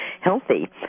healthy